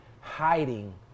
hiding